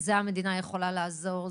זה המדינה יכולה לעזור,